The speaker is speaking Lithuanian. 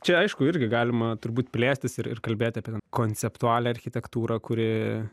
čia aišku irgi galima turbūt plėstis ir ir kalbėti apie konceptualią architektūrą kuri